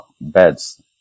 beds